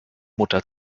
mutter